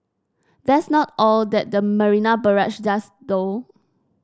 that's not all that the Marina Barrage does though